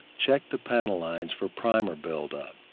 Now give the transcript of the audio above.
check the panel lines for primer build-up.